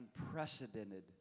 unprecedented